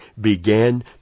began